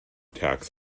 tax